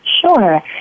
Sure